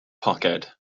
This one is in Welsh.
poced